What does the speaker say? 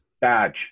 badge